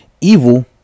Evil